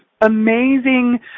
amazing